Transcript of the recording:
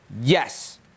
Yes